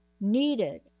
needed